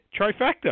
trifecta